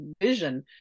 vision